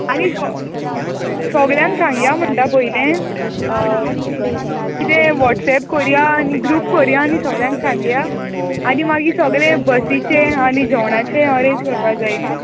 आनी सो सोगल्यांक सांगया म्हुणटा पोयलें कितें वॉट्सएप कोरया आनी ग्रूप कोरया आनी सोगल्यांक सांगया आनी मागीर सोगलें बसीचें आनी जेवणाचें अरेंज कोरपाक जाय नू